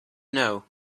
know